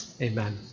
Amen